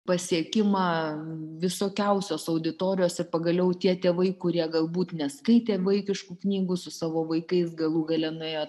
pasiekimą visokiausios auditorijos ir pagaliau tie tėvai kurie galbūt neskaitė vaikiškų knygų su savo vaikais galų gale nuėjo